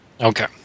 Okay